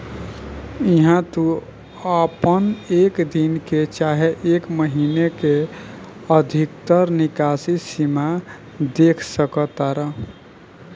इहा तू आपन एक दिन के चाहे एक महीने के अधिकतर निकासी सीमा देख सकतार